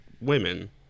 women